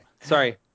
Sorry